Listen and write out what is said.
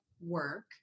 work